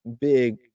big